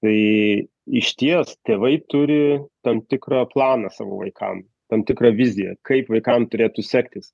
tai išties tėvai turi tam tikrą planą savo vaikam tam tikrą viziją kaip vaikam turėtų sektis